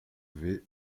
avaient